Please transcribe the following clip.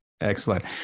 Excellent